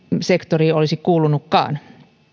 sektoriin olisi kuulunutkaan